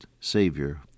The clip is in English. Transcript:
Savior